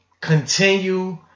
continue